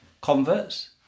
converts